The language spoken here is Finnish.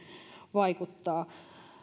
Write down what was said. vaikuttaa